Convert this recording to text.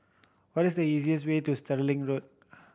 what is the easiest way to Stirling Road